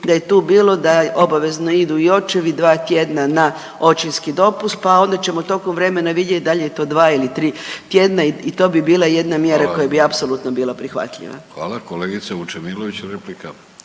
da je tu bilo da obavezno idu i očevi 2 tjedna na očinski dopust, pa onda ćemo tokom vremena vidjeti da li je to 2 ili 3 tjedna i to bi bila jedna mjera koja bi .../Upadica: Hvala./... apsolutno bila prihvatljiva.